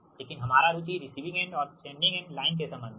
लेकिन हमारा रूचि रिसीविंग एंड और सेंडिंग एंड लाइन के संबंध में है